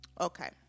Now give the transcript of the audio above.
Okay